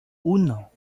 uno